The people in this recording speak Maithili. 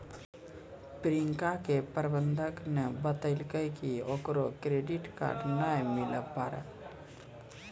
प्रियंका के प्रबंधक ने बतैलकै कि ओकरा क्रेडिट कार्ड नै मिलै पारै